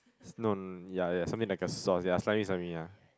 no ya ya something like a sauce ya slightly slimy ya